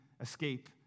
escape